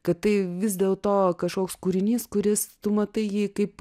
kad tai vis dėlto kažkoks kūrinys kuris tu matai jį kaip